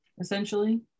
Essentially